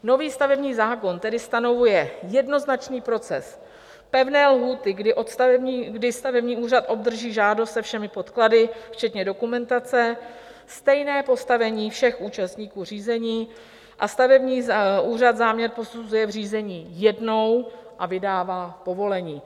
Nový stavební zákon tedy stanovuje jednoznačný proces, pevné lhůty, kdy stavební úřad obdrží žádost se všemi podklady, včetně dokumentace, stejné postavení všech účastníků řízení a stavební úřad záměr posuzuje v řízení jednou a vydává povolení.